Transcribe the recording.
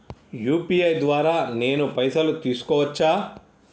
UPI ద్వారా నేను పైసలు తీసుకోవచ్చా?